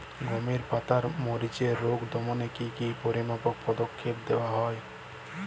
গমের পাতার মরিচের রোগ দমনে কি কি পরিমাপক পদক্ষেপ নেওয়া হয়?